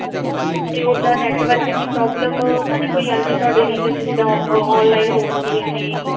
ਅੱਛਾ ਅਤੇ ਉੱਦਾਂ ਨੈਟਵਰਕ ਦੀ ਪ੍ਰੋਬਲਮ ਤਾਂ ਨਹੀਂ ਕੋਈ ਆਉਂਦੀ ਤੁਹਾਡੇ ਰੀਜਨ 'ਚ ਜਿੱਦਾਂ ਔਫ ਔਨਲਾਈਨ ਹੋਣ ਦੀਆਂ ਨੇ